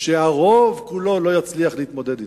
שהרוב כולו לא יצליח להתמודד אתם.